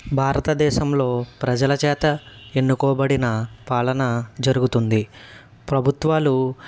భారతదేశంలో ప్రజల చేత ఎన్నుకోబడిన పాలన జరుగుతుంది ప్రభుత్వాలు